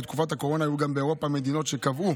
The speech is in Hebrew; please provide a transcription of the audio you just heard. ובתקופת הקורונה היו גם באירופה מדינות שקבעו